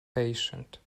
patient